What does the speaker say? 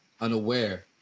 unaware